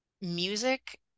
music